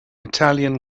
italian